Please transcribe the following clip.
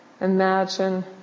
Imagine